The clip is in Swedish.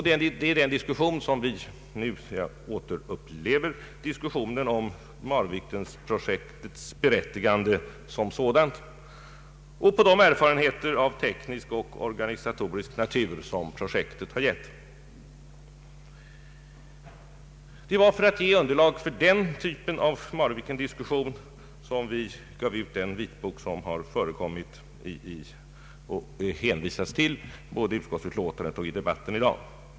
Det är den diskussion som vi nu återupplever — diskussionen om Marvikenprojektets berättigande som sådant och de erfarenheter av teknisk och organisatorisk natur som projektet gett. Det var för att ge underlag för den typen av Marvikendiskussion som vi gav ut den vitbok som det hänvisas till både i utskottsutlåtandet och i debatten i dag.